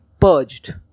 purged